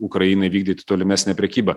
ukrainai vykdyti tolimesnę prekybą